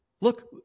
look